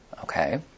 Okay